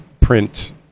print